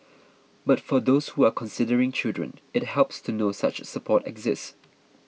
but for those who are considering children it helps to know such support exists